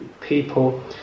people